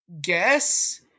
guess